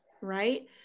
Right